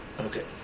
okay